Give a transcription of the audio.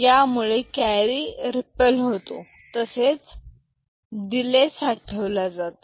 त्यामुळे carry ripple होतो तसेच डिले साठवला जातो